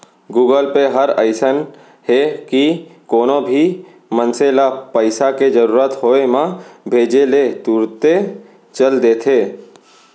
Google Pay हर अइसन हे कि कोनो भी मनसे ल पइसा के जरूरत होय म भेजे ले तुरते चल देथे